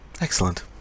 excellent